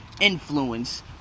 influence